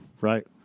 right